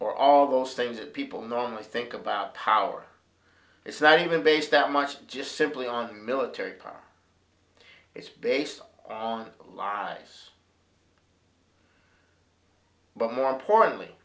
or all those things that people normally think about power it's not even based that much just simply on military power it's based on lies but more importantly